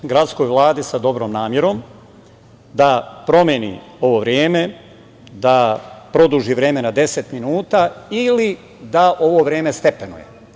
Ja predlažem gradskoj Vladi sa dobrom namerom da promeni ovo vreme, da produži vreme na 10 minuta ili da ovo vreme stepenuje.